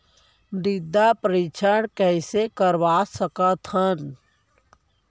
मृदा परीक्षण कइसे करवा सकत हन?